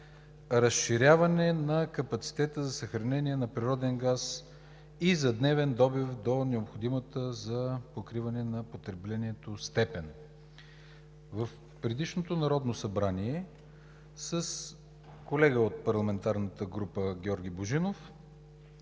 разширяване на капацитета за съхранение на природен газ и за дневен добив до необходимата за покриване на потреблението степен. В предишното Народно събрание с колега от парламентарната група – Георги Божинов,